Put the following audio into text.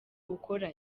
ukora